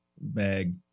bag